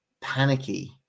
panicky